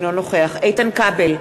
אינו נוכח איתן כבל,